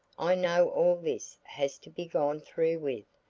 i know all this has to be gone through with,